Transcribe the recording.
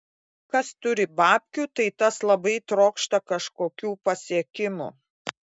kas turi babkių tai tas labai trokšta kažkokių pasiekimų